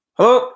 Hello